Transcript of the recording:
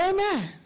Amen